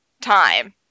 time